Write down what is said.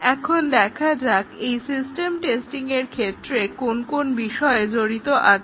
এখন দেখা যাক এই সিস্টেম টেস্টিংয়ের ক্ষেত্রে কোন কোন বিষয় জড়িত রয়েছে